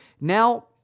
Now